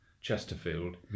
Chesterfield